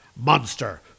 monster